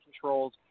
controls